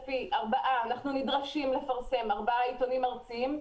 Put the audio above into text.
נדרשים לפרסם בארבעה עיתונים ארציים,